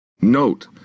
Note